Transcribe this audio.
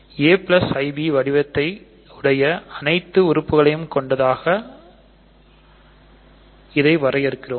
ai b வடிவத்தையுடைய அனைத்து உறுப்புகளையும் கொண்டதாக வரையறுக்கிறோம்